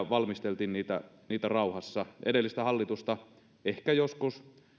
valmisteltiin rauhassa edellistä hallitusta ehkä joskus